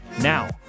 Now